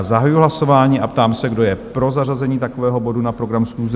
Zahajuji hlasování a ptám se, kdo je pro zařazení takového bodu na program schůze?